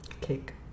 cake